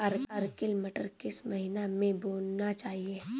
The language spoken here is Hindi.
अर्किल मटर किस महीना में बोना चाहिए?